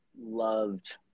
loved